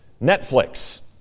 Netflix